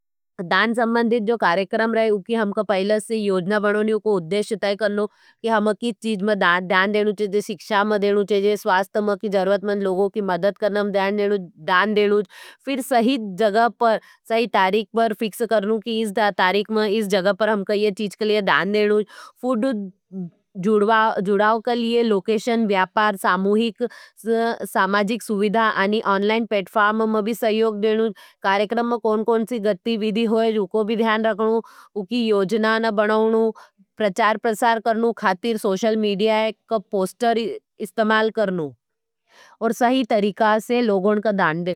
दान संबंधित जो कार्यक्रम रहे उ की हमका पहले से योजना बनोने को उद्धेश तय करनो, कि हमें किस चीज़ में दान देनु चाहिए। शिक्षा में देनु चाहिए, स्वास्थ में जरुरतमन्द लोगों की मदद करने के लिए दान देनु। फिर सही जगह पर सही तारीख पर फिक्स करलूँ की इस तारीख में इस जगह पर हमकू इस चीज के लिए दान देयनू। फिर जुड़ाव लिए लोकैशन व्यापार सामूहिक सामाजिक सुविधा आणि अनलाइन प्लेटफॉर्म में भी सहयोग देनऊ। कार्यक्रम में कौन कौन सी हुई उ की भी ध्यान देनऊ उ की योजना ने बनाणु, प्रसार करने के लिए सोषल मीडिया का पोस्टर इस्तमाल करनू और सही तरीका से लोगों का दान।